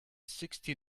sixty